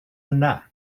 yna